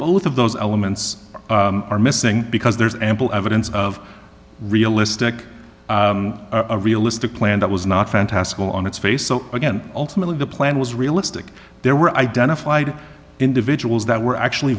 both of those elements are missing because there's ample evidence of realistic a realistic plan that was not fantastical on its face so again ultimately the plan was realistic there were identified individuals that were actually